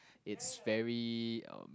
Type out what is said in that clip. it's very um